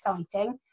exciting